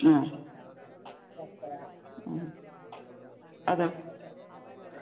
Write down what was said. ആ ആ അതെ